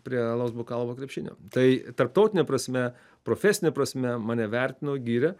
prie alaus bokalo arba krepšinio tai tarptautine prasme profesine prasme mane vertino gyrė